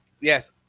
Yes